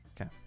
Okay